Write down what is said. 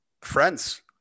friends